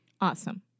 Awesome